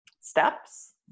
steps